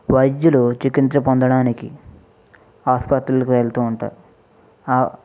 వైద్యులు చికిత్స పొందడానికి ఆసుపత్రులకు వెళుతు ఉంటారు